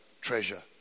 treasure